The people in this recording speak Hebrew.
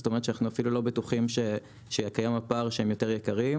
זאת אומרת שאנחנו אפילו לא בטוחים שקיים הפער שהם יותר יקרים.